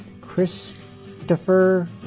Christopher